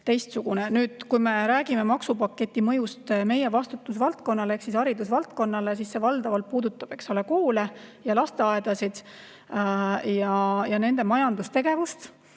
teistsugune. Kui me räägime maksupaketi mõjust meie vastutusvaldkonnale ehk haridusvaldkonnale, siis see valdavalt puudutab koole ja lasteaedasid, nende majandustegevust,